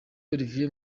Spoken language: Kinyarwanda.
olivier